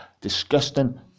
disgusting